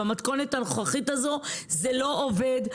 במתכונת הנוכחית זה לא עובד.